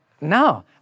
no